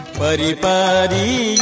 paripari